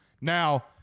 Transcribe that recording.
Now